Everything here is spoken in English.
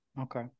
Okay